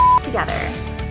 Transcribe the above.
together